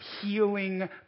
healing